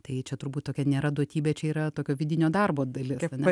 tai čia turbūt tokia nėra duotybė čia yra tokio vidinio darbo dalis ane